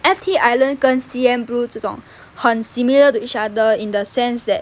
F_T island 跟 C_N blue 这种很 similar to each other in the sense that